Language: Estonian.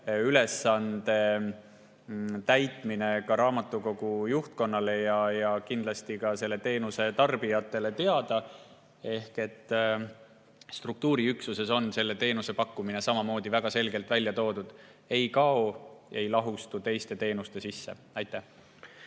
ülesanne raamatukogu juhtkonnale ja kindlasti ka selle teenuse tarbijatele teada. Struktuuriüksuses on selle teenuse pakkumine samamoodi väga selgelt välja toodud. See ei kao, ei lahustu teiste teenuste sisse. Ivi